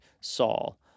Saul